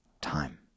time